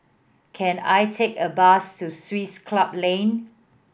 can I take a bus to Swiss Club Lane